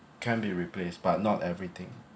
can be replaced but not everything